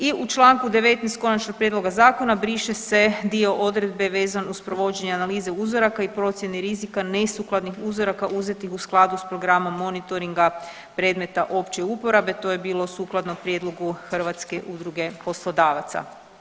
I u Članku 19. konačnog prijedloga zakona briše se dio odredbe vezan uz provođenje analize uzoraka i procjeni rizika nesukladnih uzoraka uzetih u skladu s programom monitoringa predmeta opće uporabe, to je bilo sukladno prijedlogu Hrvatske udruge poslodavaca.